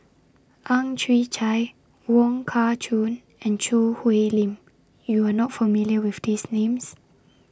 Ang Chwee Chai Wong Kah Chun and Choo Hwee Lim YOU Are not familiar with These Names